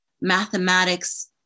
mathematics